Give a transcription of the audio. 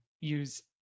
use